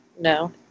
No